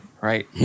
right